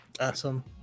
Awesome